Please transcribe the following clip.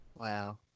Wow